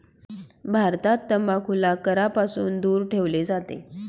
भारतात तंबाखूला करापासून दूर ठेवले जाते